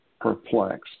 perplexed